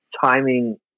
timing